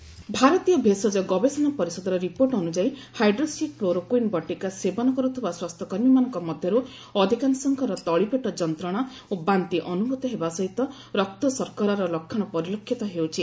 health care ICMR ଭାରତୀୟ ଭେଷଜ ଗବେଷଣା ପରିଷଦର ରିପୋର୍ଟ ଅନୁଯାୟୀ ହାଇଡ୍ରୋକ୍ସି କ୍ଲୋରୋକୁଇନ୍ ବଟିକା ସେବନ କରୁଥିବା ସ୍ୱାସ୍ଥ୍ୟକର୍ମୀମାନଙ୍କ ମଧ୍ୟରୁ ଅଧିକାଂଶଙ୍କର ତଳିପେଟ ଯନ୍ତ୍ରଣା ଓ ବାନ୍ତି ଅନୁଭୂତ ହେବା ସହିତ ରକ୍ତଶର୍କରାର ଲକ୍ଷଣ ପରିଲକ୍ଷିତ ହେଉଛି